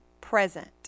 present